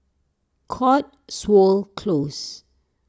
Cotswold Close